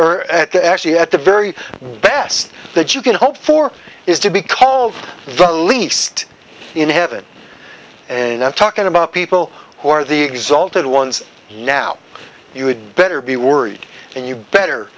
or at the actually at the very best that you can hope for is to be called the least in heaven and not talking about people who are the exulted ones here now you had better be worried and you better